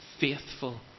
faithful